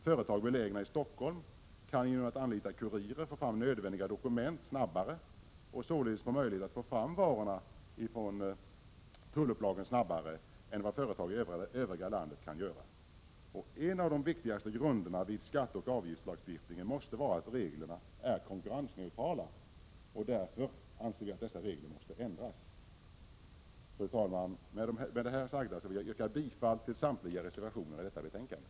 Företag belägna i Stockholm kan genom att anlita kurirer få fram nödvändiga dokument och har således möjlighet att få fram varorna från tullupplagen snabbare än vad företag i övriga landet kan göra. En av de viktigaste grunderna vid skatteoch avgiftslagstiftning måste vara att reglerna är konkurrensneutrala. Därför anser vi att dessa regler måste ändras. Fru talman! Med det sagda vill jag yrka bifall till samtliga reservationer i detta betänkande.